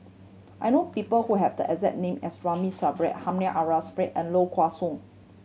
I know people who have the exact name as Ramli Sarip Hamed and Low Kway Song